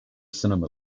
cinema